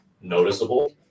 noticeable